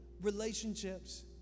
relationships